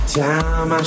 time